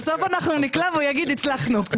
בסוף אנחנו נקלע והוא יגיד הצלחנו.